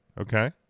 Okay